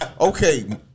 Okay